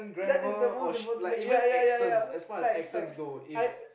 that is the most important thing ya ya ya ya facts facts I